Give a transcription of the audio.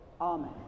amen